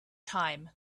time